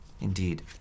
Indeed